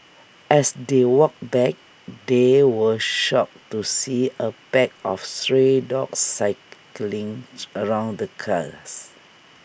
as they walked back they were shocked to see A pack of stray dogs circling around the cars